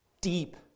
deep